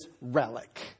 relic